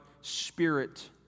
spirit